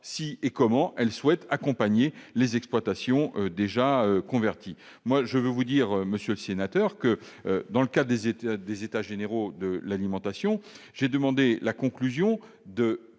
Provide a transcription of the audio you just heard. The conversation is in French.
si, et comment, elles souhaitent accompagner les exploitations déjà converties. Monsieur le sénateur, dans le cadre des États généraux de l'alimentation, j'ai demandé la conclusion